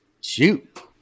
shoot